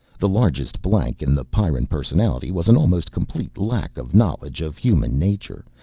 the largest blank in the pyrran personality was an almost complete lack of knowledge of human nature,